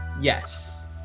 Yes